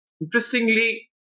interestingly